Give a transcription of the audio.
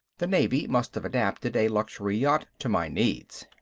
the navy must have adapted a luxury yacht to my needs.